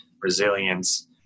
resilience